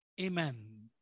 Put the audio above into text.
Amen